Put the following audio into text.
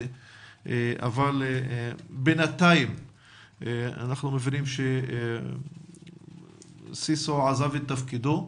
אבל בינתיים אנחנו מבינים שמר סיסו עזב את תפקידו,